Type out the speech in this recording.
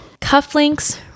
cufflinks